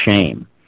shame